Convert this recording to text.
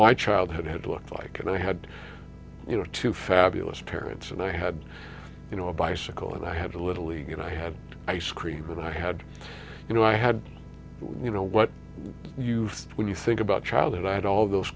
my childhood had looked like and i had you know two fabulous parents and i had you know a bicycle and i had a little league and i had ice cream and i had you know i had you know what you when you think about childhood i had all those